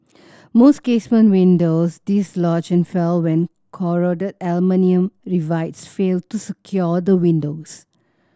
most casement windows dislodge and fall when corroded aluminium rivets fail to secure the windows